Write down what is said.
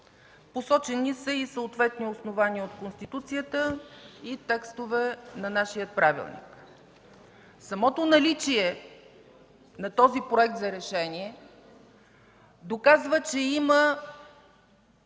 Посочени са и съответни основания от Конституцията и текстове на нашия правилник. Самото наличие на този проект за решение доказва, че има